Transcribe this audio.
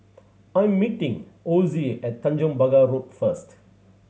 I am meeting Osie at Tanjong Pagar Road first